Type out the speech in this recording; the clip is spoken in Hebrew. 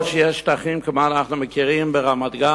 או: יש שטחים כמו שאנו מכירים ברמת-גן,